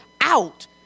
out